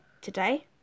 today